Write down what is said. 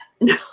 no